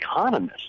economists